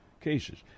cases